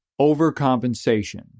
Overcompensation